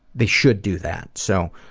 they should do that. so